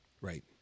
Right